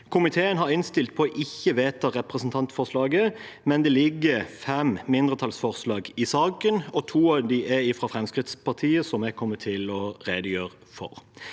Komiteen har innstilt på ikke å vedta representantforslaget, men det ligger fem mindretallsforslag i saken. To av dem er fra Fremskrittspartiet, og jeg kommer til å redegjøre for